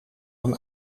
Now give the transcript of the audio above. een